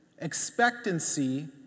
Expectancy